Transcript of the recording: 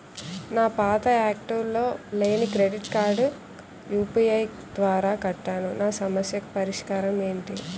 నా పాత యాక్టివ్ లో లేని క్రెడిట్ కార్డుకు యు.పి.ఐ ద్వారా కట్టాను నా సమస్యకు పరిష్కారం ఎంటి?